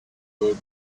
would